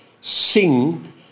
Sing